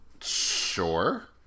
Sure